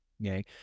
Okay